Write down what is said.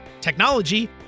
technology